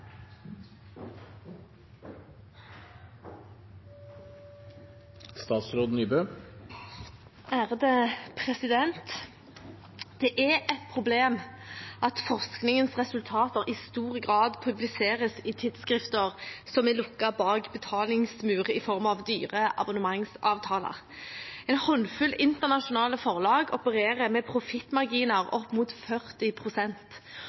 et problem at forskningens resultater i stor grad publiseres i tidsskrifter som er lukket bak betalingsmurer i form av dyre abonnementsavtaler. En håndfull internasjonale forlag opererer med profittmarginer